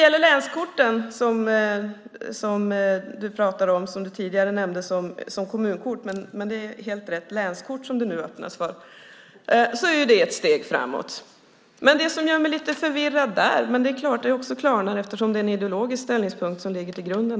Länskort som det nu öppnas för - du talade tidigare om dem som kommunkort - är ett steg framåt. Jag blir lite förvirrad, men det klarnar förstås också eftersom det är ett ideologiskt ställningstagande som ligger till grund.